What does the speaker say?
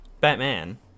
Batman